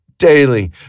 daily